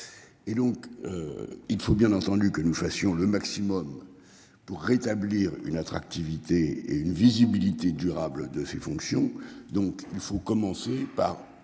Et donc. Il faut bien entendu que nous fassions le maximum pour rétablir une attractivité et une visibilité durable de ses fonctions. Donc il faut commencer par